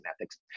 ethics